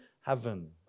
heaven